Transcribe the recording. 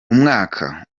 umwaka